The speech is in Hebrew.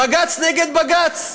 בג"ץ נגד בג"ץ.